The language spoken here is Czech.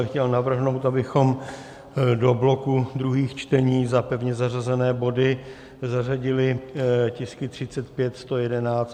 Chtěl bych navrhnout, abychom do bloku druhých čtení za pevně zařazené body zařadili tisky 35, 111 a 117.